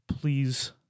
please